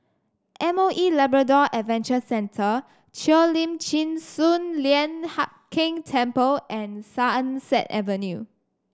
M O E Labrador Adventure Centre Cheo Lim Chin Sun Lian Hup Keng Temple and Sunset Avenue